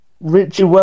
Richie